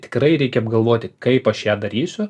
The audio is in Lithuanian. tikrai reikia apgalvoti kaip aš ją darysiu